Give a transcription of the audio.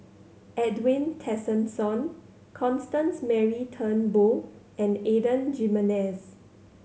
Edwin Tessensohn Constance Mary Turnbull and Adan Jimenez